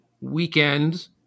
weekend